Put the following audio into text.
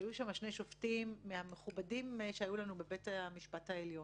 היו שם שני שופטים מהמכובדים שהיו לנו בבית המשפט העליון.